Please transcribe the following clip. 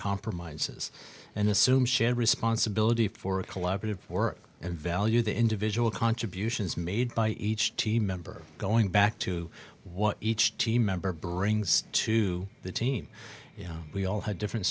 compromises and assume shared responsibility for collaborative work and value the individual contributions made by each team member going back to what each team member brings to the team we all have different